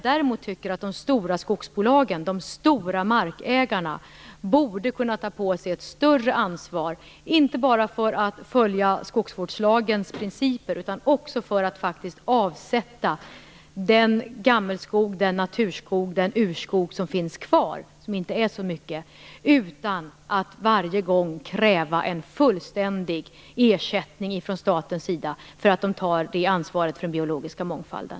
Däremot tycker jag att de stora skogsbolagen, de stora markägarna, borde kunna ta på sig ett större ansvar inte bara för att följa skogsvårdslagens principer utan också för att faktiskt avsätta den lilla andel gammelskog, naturskog och urskog som finns kvar, utan att varje gång kräva en fullständig ersättning från statens sida för att man tar ett sådant ansvar för den biologiska mångfalden.